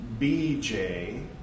BJ